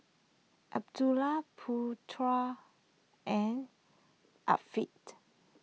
Abdul Putra and